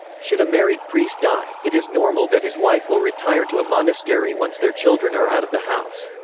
should a married priest die, it is normal that his wife will retire to a monastery once their children are out of the house.